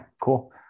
cool